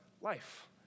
life